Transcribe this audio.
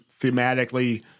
thematically